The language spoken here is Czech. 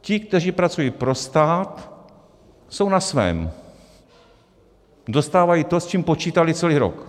Ti, kteří pracují pro stát, jsou na svém, dostávají to, s čím počítali celý rok.